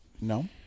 No